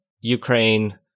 ukraine